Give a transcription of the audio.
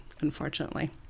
unfortunately